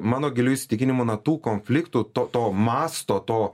mano giliu įsitikinimu na tų konfliktų to to masto to